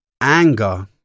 anger